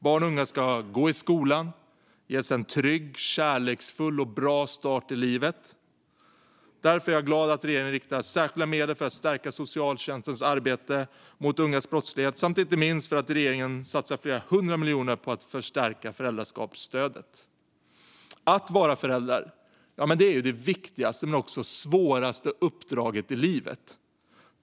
Barn och unga ska gå i skolan och ges en trygg, kärleksfull och bra start i livet. Därför är jag glad att regeringen riktar särskilda medel till att stärka socialtjänstens arbete mot ungas brottslighet och inte minst att regeringen satsar flera hundra miljoner på att förstärka föräldraskapsstödet. Att vara förälder är det viktigaste men också det svåraste uppdraget i livet.